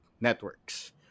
networks